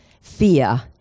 fear